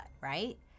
right